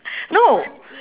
no